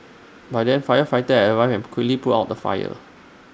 by then firefighters have arrived and quickly put out the fire